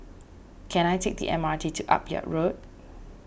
can I take the M R T to Akyab Road